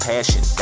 Passion